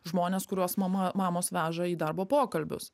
žmones kuriuos mama mamos veža į darbo pokalbius